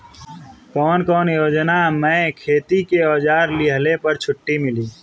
कवन कवन योजना मै खेती के औजार लिहले पर छुट मिली?